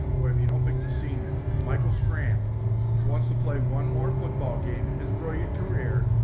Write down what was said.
well if you donn't think the senior michael strand wants to play one more football game in his brilliant career,